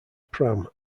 pram